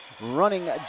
Running